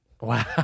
Wow